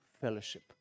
fellowship